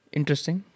Interesting